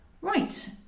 Right